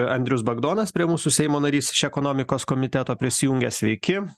andrius bagdonas prie mūsų seimo narys iš ekonomikos komiteto prisijungė sveiki